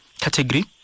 category